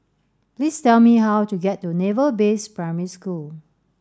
please tell me how to get to Naval Base Primary School